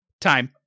time